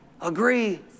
agree